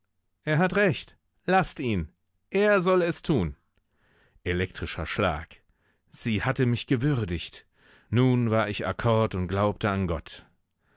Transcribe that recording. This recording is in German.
er hat recht laßt ihn er soll es tun elektrischer schlag sie hatte mich gewürdigt nun war ich akkord und glaubte an gott